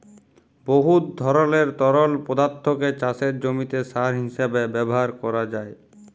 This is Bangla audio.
বহুত ধরলের তরল পদাথ্থকে চাষের জমিতে সার হিঁসাবে ব্যাভার ক্যরা যায়